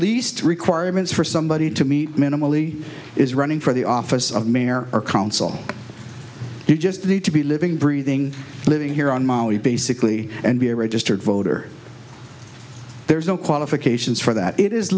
least requirements for somebody to meet minimally is running for the office of mayor or council you just need to be a living breathing living here on molly basically and be a registered voter there's no qualifications for that it is